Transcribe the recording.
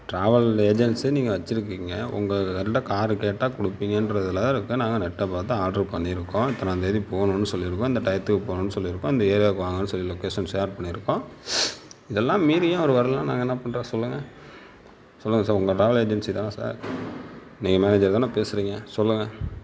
travel agency நீங்கள் வச்சி இருக்கீங்க உங்கள்ட்ட காரு கேட்டா கொடுப்பீங்கன்றதுல நாங்கள் நெட்டை பார்த்து ஆர்டரு பண்ணி இருக்கோம் இத்தனாம் தேதி போணும்ன்னு சொல்லி இருக்கோம் இந்த டையதுக்கு போணும்ன்னு சொல்லி இருக்கோம் இந்த ஏரியாக்கு வாங்கன்னு சொல்லி லொகேஷன் ஷேர் பண்ணி இருக்கோம் இதெல்லாம் மீறியும் அவர் வர்லன்னா நாங்கள் என்ன பண்ணுறது சொல்லுங்கள் சொல்லுங்கள் சார் உங்க ட்ராவல் ஏஜென்சி தானே சார் நீங்கள் மேனேஜர் தானே பேசுறீங்க சொல்லுங்கள்